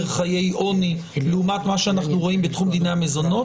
חיי עוני לעומת מה שאנחנו רואים בתחום דיני המזונות.